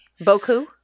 Boku